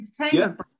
entertainment